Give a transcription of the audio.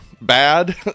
bad